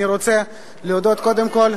אני רוצה להודות קודם כול,